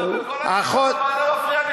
חבר הכנסת דודי אמסלם, נא לא להפריע לו.